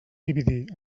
dividir